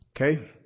Okay